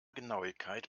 genauigkeit